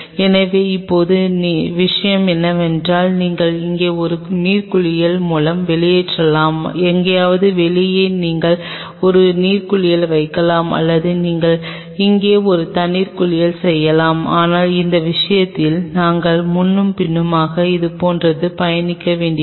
எனவே இப்போது விஷயம் என்னவென்றால் நீங்கள் இங்கே ஒரு நீர் குளியல் மூலம் வெளியேறலாம் எங்காவது வெளியே நீங்கள் ஒரு நீர் குளியல் வைக்கலாம் அல்லது நீங்கள் இங்கே ஒரு தண்ணீர் குளியல் செய்யலாம் ஆனால் அந்த விஷயத்தில் நாங்கள் முன்னும் பின்னுமாக இது போன்றது பயணிக்க வேண்டியிருக்கும்